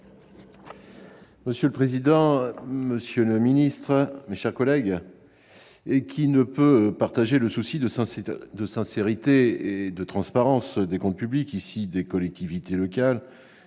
Monsieur le président, monsieur le secrétaire d'État, mes chers collègues, qui ne peut partager le souci de sincérité et de transparence des comptes publics, en l'espèce des collectivités locales